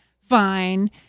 fine